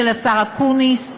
של השר אקוניס,